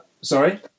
Sorry